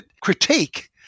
critique